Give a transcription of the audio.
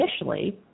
initially